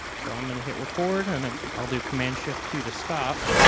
so i'm gonna hit record. and i'll do command, shift, two to stop.